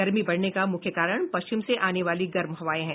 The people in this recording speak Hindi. गर्मी बढ़ने का मुख्य कारण पश्चिम से आने वाली गर्म हवाएं हैं